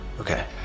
Okay